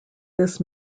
this